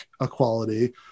equality